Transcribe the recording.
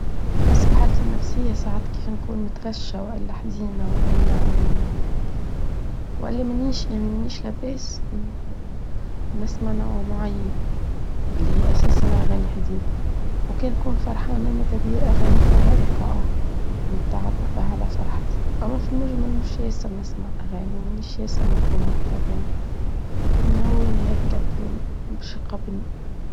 حسب حالتي النفسية ساعات كيف نكون متغشة وإلا حزينة وإلا منيش لباس نسمع نوع معين اللي أساسنا أغاني حزين وكان يكون فرحانة ماذا بي أغاني فيها إيقاع نتعبر بها على فرحتي أما في المجمل مش يسر نسمع أغاني ومنش يسر مغرومة بالأغاني ما وين هيك مش قبل.